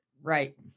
Right